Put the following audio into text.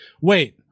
Wait